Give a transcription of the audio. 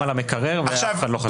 על המקרר ואף אחד לא חשב לשלם את זה.